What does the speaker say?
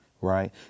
Right